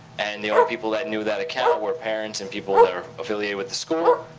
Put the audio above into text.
and the only people that knew that account were parents and people that are affiliated with the school,